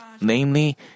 namely